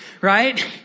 Right